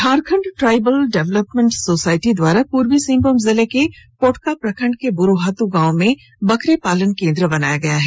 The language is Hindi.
झारखंड ट्राईबल डेवलपमेंट सोसायटी द्वारा पूर्वी सिंहभूम जिले के पोटका प्रखंड के ब्रुहात् गांव में बकरी पालन केंद्र बनाया गया है